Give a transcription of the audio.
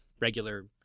regular